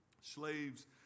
Slaves